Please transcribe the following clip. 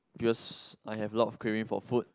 because I have lot of craving for food